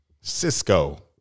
Cisco